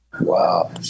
Wow